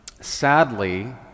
Sadly